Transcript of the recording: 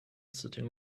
sitting